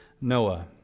Noah